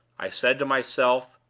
i said to myself,